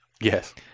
yes